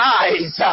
eyes